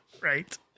Right